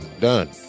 done